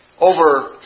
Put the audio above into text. over